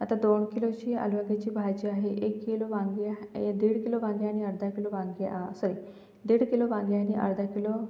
आता दोन किलोची आलू वांग्याची भाजी आहे एक किलो वांगे ए दीड किलो वांगे आणि अर्धा किलो वांगे सॉरी दीड किलो वांगे आणि अर्धा किलो